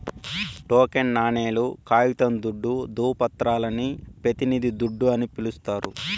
token నాణేలు, కాగితం దుడ్డు, దృవపత్రాలని పెతినిది దుడ్డు అని పిలిస్తారు